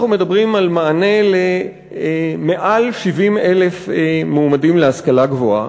אנחנו מדברים על מענה למעל 70,000 מועמדים להשכלה גבוהה.